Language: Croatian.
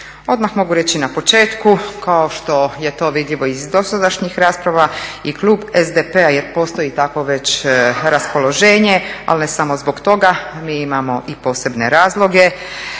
Odmah mogu reći na početku kao što je to vidljivo iz dosadašnjih rasprava i klub SDP-a jer postoji tako već raspoloženje, ali ne samo zbog toga, mi imamo i posebne razloge,